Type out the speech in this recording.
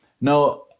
No